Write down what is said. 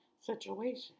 situation